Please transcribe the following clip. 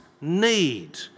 need